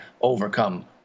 overcome